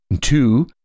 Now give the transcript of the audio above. two